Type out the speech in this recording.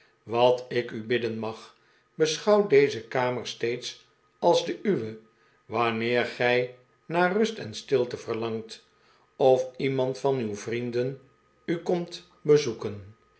wat ik u bidden mag beschouw deze kamer steeds als de uwe wanneer gij naar rust en stilte verlangt of iemand van uw vrienden u komt bezoeken